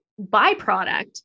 byproduct